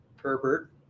Herbert